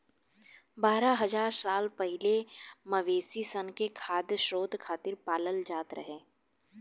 बारह हज़ार साल पहिले मवेशी सन के खाद्य स्रोत खातिर पालल जात रहे